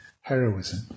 heroism